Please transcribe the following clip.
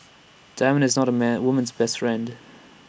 diamond is not A man woman's best friend